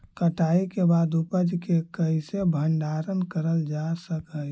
कटाई के बाद उपज के कईसे भंडारण करल जा सक हई?